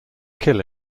kill